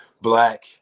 black